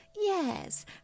Yes